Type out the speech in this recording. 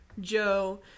Joe